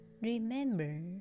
Remember